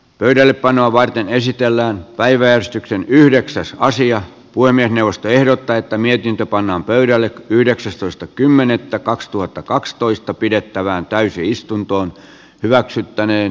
pöydällepanoa varten esitellään päiväystyksen yhdeksässä asiat poimien neuvosto ehdottaa että mietintö pannaan pöydälle yhdeksästoista kymmenettä kaksituhattakaksitoista pidettävään täysistunto hyväksyttäneen